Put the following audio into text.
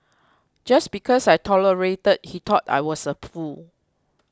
just because I tolerated he thought I was a fool